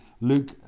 Luke